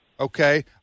Okay